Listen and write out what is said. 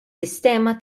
sistema